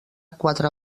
quatre